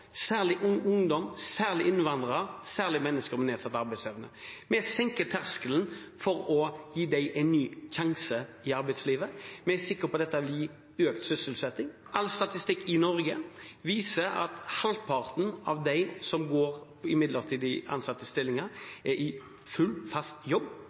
særlig ungdom, særlig innvandrere og særlig mennesker med nedsatt arbeidsevne. Vi senker terskelen for å gi dem en ny sjanse i arbeidslivet. Vi er sikre på at dette vil gi økt sysselsetting. All statistikk i Norge viser at halvparten av dem som er ansatt i midlertidige stillinger, er i full, fast jobb